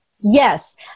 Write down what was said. Yes